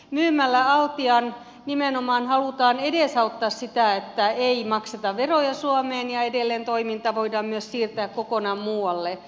myymällä altia nimenomaan halutaan edesauttaa sitä että ei makseta veroja suomeen ja edelleen toiminta voidaan myös siirtää kokonaan muualle